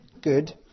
Good